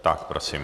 Tak prosím.